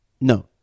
no